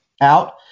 out